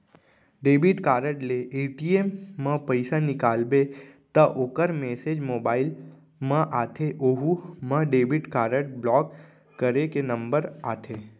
debit card ले ATM म पइसा निकालबे त ओकर मेसेज मोबाइल म आथे ओहू म डेबिट कारड ब्लाक करे के नंबर आथे